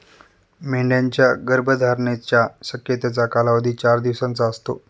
मेंढ्यांच्या गर्भधारणेच्या शक्यतेचा कालावधी चार दिवसांचा असतो